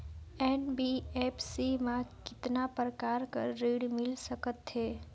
NBFC मा कतना प्रकार कर ऋण मिल सकथे?